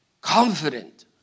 confident